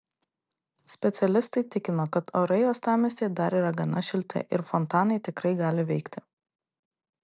specialistai tikino kad orai uostamiestyje dar yra gana šilti ir fontanai tikrai gali veikti